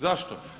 Zašto?